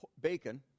bacon